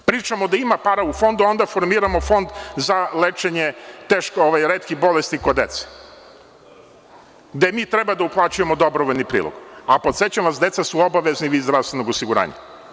Pričamo da ima para u Fondu, onda formiramo Fond za lečenje retkih bolesti kod dece, gde mi treba da uplaćujemo dobrovoljni prilog, a podsećam vas, deca su obavezni vid zdravstvenog osiguranja.